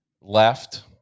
left